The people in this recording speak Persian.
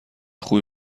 خوبی